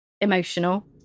emotional